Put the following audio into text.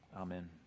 Amen